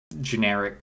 generic